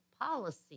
policy